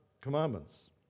commandments